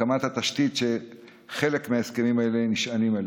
להקמת התשתית שחלק מההסכמים האלה נשענים עליה,